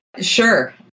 Sure